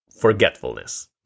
Forgetfulness